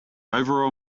overall